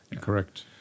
Correct